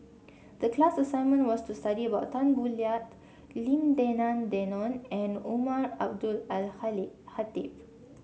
the class assignment was to study about Tan Boo Liat Lim Denan Denon and Umar Abdullah Al Khatib